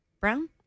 Brown